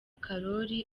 karori